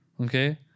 Okay